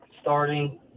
starting